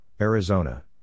Arizona